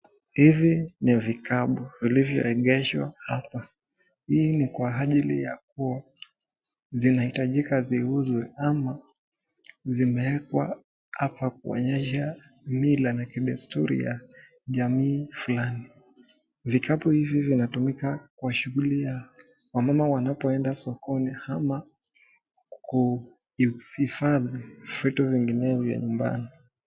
Hivi ni vikapu vilivyoegeshwa hapa. Hii ni kwa ajili ya kuwa zinahitajika ziuzwe ama zimeekwa hapa kuonyesha mila na kidesturi ya jamii fulani. Vikapu hivi vinatumika kwa shughuli, ya wamama wanapoenda sokoni ama kuhifadhi vitu vinginevyo nyumbani.